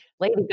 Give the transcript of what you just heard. Lady